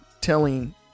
telling